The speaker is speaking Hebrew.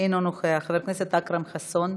אינו נוכח, חבר הכנסת אכרם חסון,